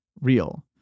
real